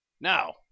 now